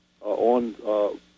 on